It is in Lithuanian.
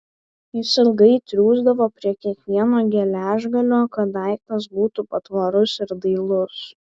jis ilgai triūsdavo prie kiekvieno geležgalio kad daiktas būtų patvarus ir dailus